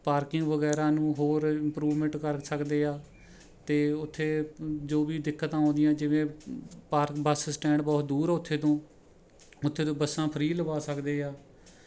parking ਵਗੈਰਾ ਨੂੰ ਹੋਰ ਇੰਮਪਰੂਵਮੈਂਟ ਕਰ ਸਕਦੇ ਆ ਅਤੇ ਉੱਥੇ ਜੋ ਵੀ ਦਿੱਕਤ ਆਉਂਦੀ ਆ ਜਿਵੇਂ ਪਾਰਕ ਬੱਸ ਸਟੈਂਡ ਬਹੁਤ ਦੂਰ ਉੱਥੇ ਤੋਂ ਉੱਥੇ ਤੋਂ ਬੱਸਾਂ ਫ੍ਰੀ ਲਗਵਾ ਸਕਦੇ ਆ